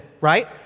right